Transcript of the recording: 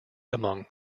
among